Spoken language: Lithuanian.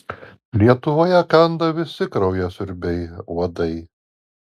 lietuvoje kanda visi kraujasiurbiai uodai